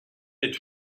est